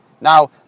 Now